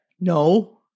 No